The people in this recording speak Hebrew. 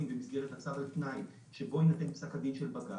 במסגרת הצו על תנאי שבו יינתן פסק הדין של בג"ץ,